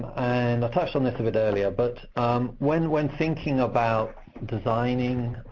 and touched on this a bit earlier, but when when thinking about designing